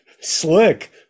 Slick